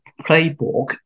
playbook